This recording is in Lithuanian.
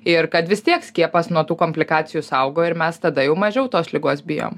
ir kad vis tiek skiepas nuo tų komplikacijų saugo ir mes tada jau mažiau tos ligos bijom